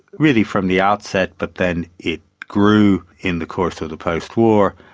really from the outset but then it grew in the course of the post-war,